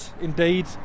indeed